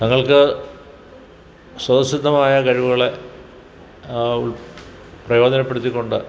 തങ്ങള്ക്ക് സ്വതസിദ്ധമായ കഴിവുകളെ ഉള് പ്രയോജനപ്പെടുത്തിക്കൊണ്ട്